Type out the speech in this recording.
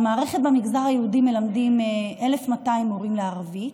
במערכת במגזר היהודי מלמדים 1,200 מורים לערבית,